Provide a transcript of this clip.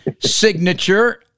Signature